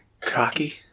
Cocky